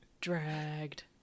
Dragged